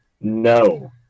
no